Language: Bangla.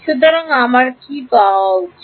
সুতরাং যে হয় আমার কী পাওয়া উচিত